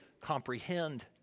comprehend